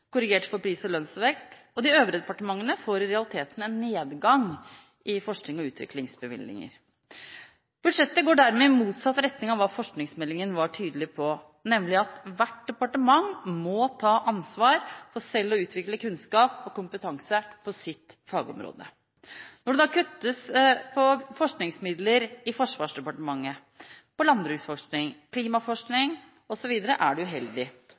korrigert for pris- og lønnsvekst, og de øvrige departementene får i realiteten en nedgang i forsknings- og utviklingsbevilgninger. Budsjettet går dermed i motsatt retning av hva forskingsmeldingen var tydelig på, nemlig at hvert departement må ta ansvar for selv å utvikle kunnskap og kompetanse på sitt fagområde. Når det da kuttes i forskningsmidler til Forsvarsdepartementet, til landbruksforskning, til klimaforskning osv., er det uheldig.